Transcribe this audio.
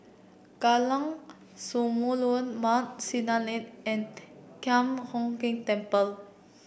Jalan Samulun Mount Sinai Lane and Thian Hock Keng Temple